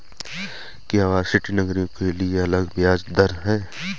क्या वरिष्ठ नागरिकों के लिए अलग ब्याज दर है?